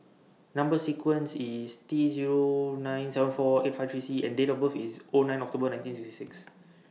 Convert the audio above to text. Number sequence IS T Zero nine seven four eight five three C and Date of birth IS O nine October nineteen sixty six